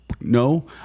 No